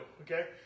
Okay